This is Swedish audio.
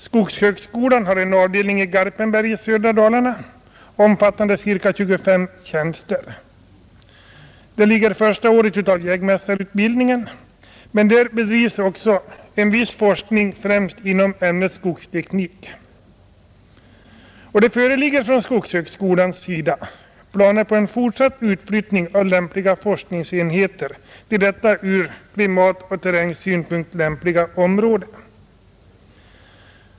Skogshögskolan har en avdelning i Garpenberg i södra Dalarna med ca 25 tjänster. Där ligger första årskursen av jägmästarutbildningen, men där bedrivs också en viss forskning, främst inom ämnet skogsteknik. Det föreligger från skogshögskolans sida planer på en fortsatt utflyttning av lämpliga forskningsenheter till detta ur klimatoch terrängsynpunkt lämpliga område.